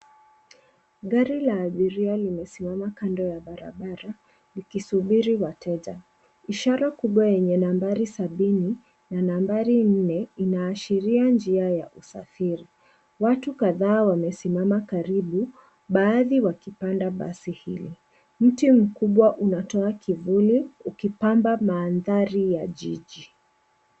Gari la abiria limesimama kando ya barabara likisubiri wateja. Ishara kubwa yenye nambari sabini na nambari nne inaashiria njia ya usafiri. Watu kadhaa wamesimama karibu baadhi wakipanda basi hilo. Mti mkubwa unatoa kivuli ikipamba mandhari ya jiji.